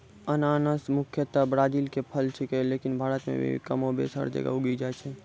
अनानस मुख्यतया ब्राजील के फल छेकै लेकिन भारत मॅ भी कमोबेश हर जगह उगी जाय छै